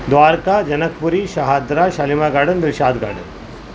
Dwarka Janakpuri Shahdara Shalimar Garden Dilshad garden